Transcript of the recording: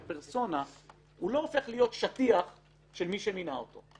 כפרסונה, לא הופך להיות שטיח של מי שמינה אותו.